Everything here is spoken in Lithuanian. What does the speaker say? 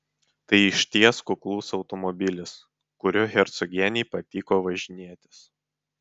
tai išties kuklus automobilis kuriuo hercogienei patiko važinėtis